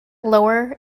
lower